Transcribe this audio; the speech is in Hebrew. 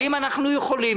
האם אנחנו יכולים,